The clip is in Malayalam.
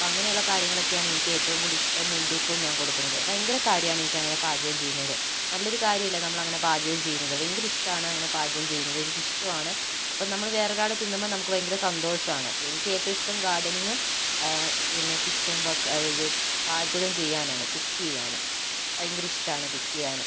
അപ്പോൾ അങ്ങനെയുള്ള കാര്യങ്ങളൊക്കെയാണ് എനിക്ക് ഇഷ്ടവും മുൻതൂക്കവും ഞാൻ കൊടുക്കുന്നത് ഭയങ്കര കാര്യമാണ് എനിക്കങ്ങനെ പാചകം ചെയ്യുന്നതിൽ നല്ലൊരു കാര്യമല്ലേ നമ്മൾ അങ്ങനെ പാചകം ചെയ്യുന്നത് ഭയങ്കരിഷ്ടമാണങ്ങനെ പാചകം ചെയ്യുന്നത് എനിക്ക് ഇഷ്ടവുമാണ് അപ്പോൾ നമ്മൾ വേറൊരാൾ തിന്നുമ്പോൾ നമുക്ക് ഭയങ്കര സന്തോഷമാണ് അപ്പോൾ എനിക്ക് ഏറ്റവും ഇഷ്ടം ഗാർഡനിംഗും പിന്നെ കിച്ചൺ വർക്ക് അതായത് പാചകം ചെയ്യാനാണ് കുക്ക് ചെയ്യാൻ ഭയങ്കര ഇഷ്ടമാണ് കുക്ക് ചെയ്യാൻ